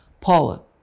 Paula